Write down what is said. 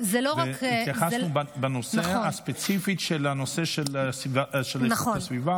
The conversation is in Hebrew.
והתייחסנו בנושא הספציפי לנושא של איכות הסביבה?